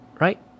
right